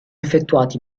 effettuati